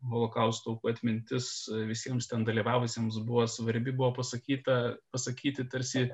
holokausto aukų atmintis visiems ten dalyvavusiems buvo svarbi buvo pasakyta pasakyti tarsi